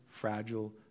fragile